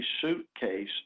suitcase